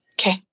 Okay